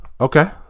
Okay